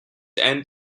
end